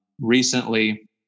recently